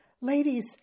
Ladies